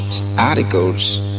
articles